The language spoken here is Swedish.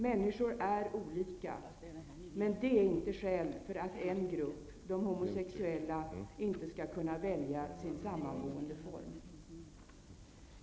Människor är olika, men det är inte skäl för att en grupp, de homosexuella, inte skall kunna välja sin sammanboendeform.